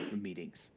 meetings